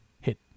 hit